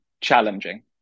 challenging